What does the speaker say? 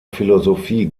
philosophie